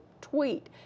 tweet